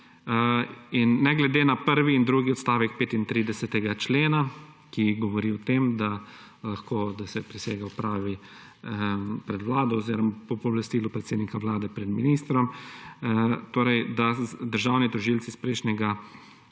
Ne glede na prvi in drugi odstavek 35. člena, ki govori o tem, da se prisega opravi pred Vlado oziroma po pooblastilu predsednika Vlade pred ministrom, torej da državni tožilci iz prejšnjega